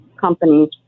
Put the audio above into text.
companies